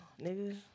nigga